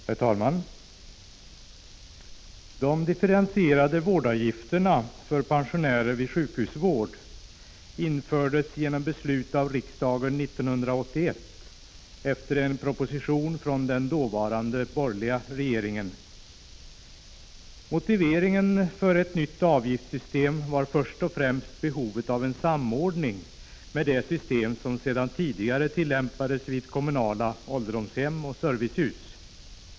Herr talman! Differentierade vårdavgifter för pensionärer vid sjukhusvård infördes genom beslut av riksdagen 1981 med anledning av en proposition från den dåvarande borgerliga regeringen. Motiveringen för ett nytt avgiftssystem var först och främst behovet av en samordning med det system som sedan tidigare tillämpades vid kommunala ålderdomshem och servicehus.